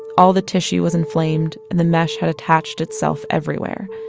all the tissue was inflamed and the mesh had attached itself everywhere.